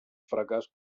fracàs